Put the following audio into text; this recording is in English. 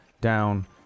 down